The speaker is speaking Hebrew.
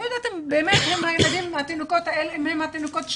לא יודעת אם התינוקות האלה הם התינוקות שלהן,